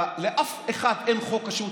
לאף אחד אין חוק השבות.